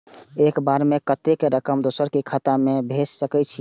एक बार में कतेक रकम दोसर के खाता में भेज सकेछी?